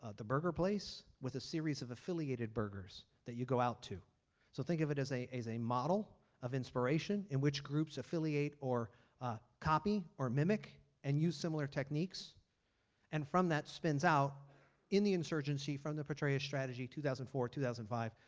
ah the burger place with a series of affiliated burgers that you go out to. so think of it as a model of inspiration in which groups affiliate or copy or mimic and use similar techniques and from that spins out in the insurgency from the patraeus strategy two thousand and four, two thousand and five,